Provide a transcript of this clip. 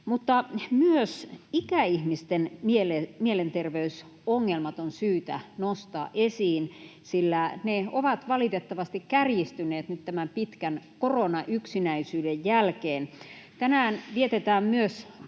myös ikäihmisten mielenterveysongelmat on syytä nostaa esiin, sillä ne ovat valitettavasti kärjistyneet nyt tämän pitkän koronayksinäisyyden jälkeen. Tänään myös